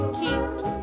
keeps